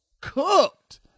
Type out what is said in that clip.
Cooked